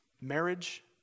Marriage